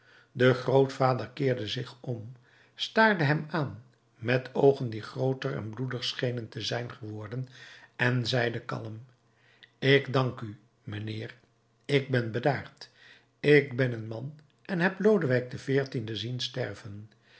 de grootvader keerde zich om staarde hem aan met oogen die grooter en bloedig schenen te zijn geworden en zeide kalm ik dank u mijnheer ik ben bedaard ik ben een man en heb lodewijk xiv zien sterven